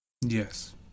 Yes